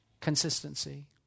consistency